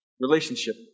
Relationship